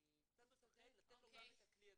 אני קצת חושש לתת לו גם את הכלי הזה.